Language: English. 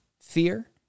fear